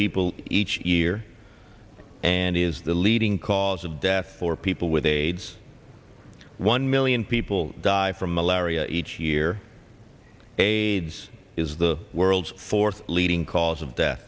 people each year and is the leading cause of death for people with aids one million people die from malaria each year a this is the world's fourth leading cause of